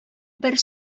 бер